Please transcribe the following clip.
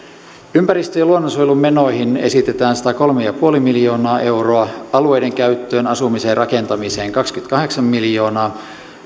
ympäristö ja luonnonsuojelumenoihin esitetään satakolme pilkku viisi miljoonaa euroa alueiden käyttöön asumiseen rakentamiseen kaksikymmentäkahdeksan miljoonaa